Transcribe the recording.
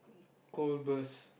cold burst